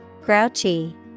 Grouchy